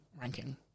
ranking